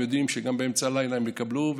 הם יודעים שגם באמצע הלילה הם יקבלו,